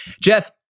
Jeff